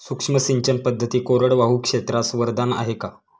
सूक्ष्म सिंचन पद्धती कोरडवाहू क्षेत्रास वरदान आहे का?